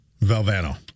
Valvano